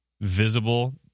visible